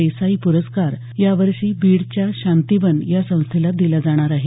देसाई प्रस्कार या वर्षी बीडच्या शांतिवन या संस्थेला दिला जाणार आहे